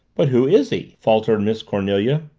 but who is he? faltered miss cornelia.